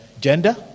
gender